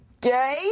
Gay